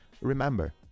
remember